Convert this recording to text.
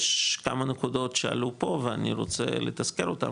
יש כמה נקודות שעלו פה ואני רוצה לתזכר אותם,